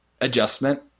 adjustment